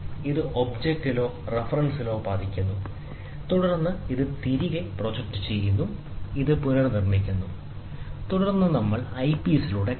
ഇത് ഒബ്ജക്റ്റിലോ റഫറൻസിലോ പതിക്കുന്നു തുടർന്ന് ഇത് തിരികെ പ്രൊജക്റ്റുചെയ്യുന്നു ഇത് പുനർനിർമ്മിക്കുന്നു തുടർന്ന് നമ്മൾ ഇത് ഐപീസിലൂടെ കാണുന്നു